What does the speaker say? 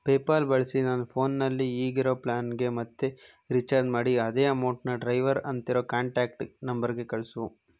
PayPal ಬಳಸಿ ನನ್ನ ಫೋನ್ನಲ್ಲಿ ಈಗಿರೋ ಪ್ಲ್ಯಾನ್ಗೆ ಮತ್ತೆ ರೀಚಾರ್ಜ್ ಮಾಡಿ ಅದೇ ಅಮೌಂಟನ್ನ ಡ್ರೈವರ್ ಅಂತಿರೋ ಕಾಂಟ್ಯಾಕ್ಟ್ ನಂಬರ್ಗೆ ಕಳಿಸು